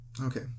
okay